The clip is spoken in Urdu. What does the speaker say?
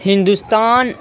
ہندوستان